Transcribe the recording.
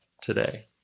today